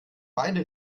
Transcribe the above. beide